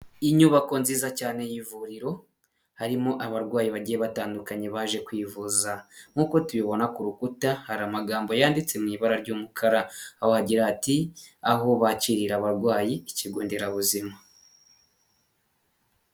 Inyubako nziza cyane y'ivuriro, harimo abarwayi bagiye batandukanye baje kwivuza, nk'uko tubibona ku rukuta hari amagambo yanditse mu ibara ry'umukara, aho hagira hati "aho bakirira abarwayi ikigo nderabuzima".